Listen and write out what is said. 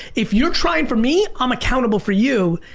if you're trying for me, i'm accountable for you.